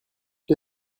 les